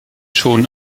schon